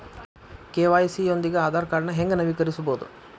KYC ಯೊಂದಿಗ ಆಧಾರ್ ಕಾರ್ಡ್ನ ಹೆಂಗ ನವೇಕರಿಸಬೋದ